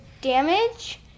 damage